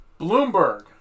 Bloomberg